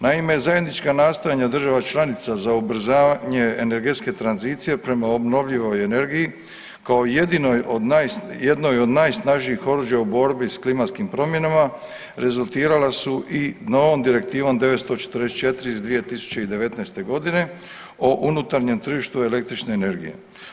Naime, zajednička nastojanja država članica za ubrzavanje energetske tranzicije prema obnovljivoj energiji kao jednoj od najsnažnijih oružja u borbi s klimatskim promjenama rezultirala su i novom Direktivom 944 iz 2019.g. o unutarnjem tržištu električne energije.